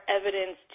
evidence